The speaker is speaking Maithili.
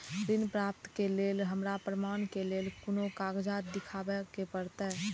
ऋण प्राप्त के लेल हमरा प्रमाण के लेल कुन कागजात दिखाबे के परते?